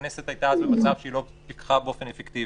הכנסת הייתה אז במצב שהיא לא פיקחה באופן אפקטיבי.